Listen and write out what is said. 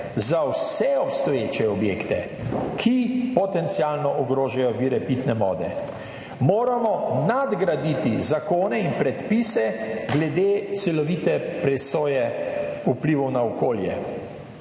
za vse obstoječe objekte, ki potencialno ogrožajo vire pitne vode. Moramo nadgraditi zakone in predpise glede celovite presoje vplivov na okolje,